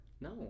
No